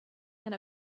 and